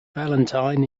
valentine